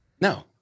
No